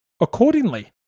Accordingly